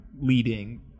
leading